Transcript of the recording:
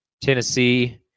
Tennessee